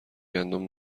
گندم